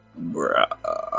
Bruh